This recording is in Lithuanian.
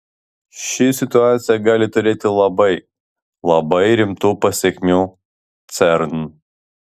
ši situacija gali turėti labai labai rimtų pasekmių cern